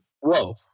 Whoa